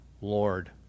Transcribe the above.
Lord